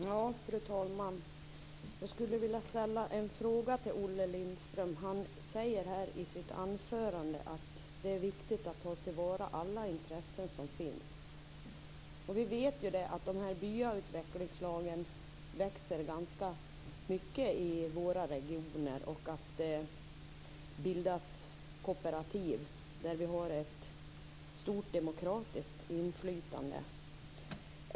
Fru talman! Jag skulle vilja ställa en fråga till Olle Lindström. Han säger i sitt anförande att det är viktigt att ta till vara alla intressen som finns. Vi vet att byautvecklingslagen växer ganska starkt i vår region och att det bildas kooperativ där man har ett stort demokratiskt inflytande.